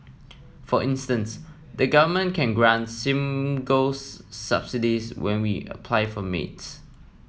for instance the government can grant singles subsidies when we apply for maids